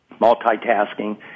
multitasking